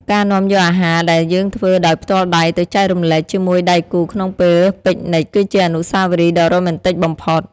ការនាំយកអាហារដែលយើងធ្វើដោយផ្ទាល់ដៃទៅចែករំលែកជាមួយដៃគូក្នុងពេល Picnic គឺជាអនុស្សាវរីយ៍ដ៏រ៉ូមែនទិកបំផុត។